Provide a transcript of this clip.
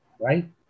right